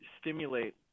stimulate